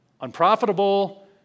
Unprofitable